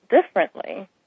differently